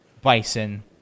Bison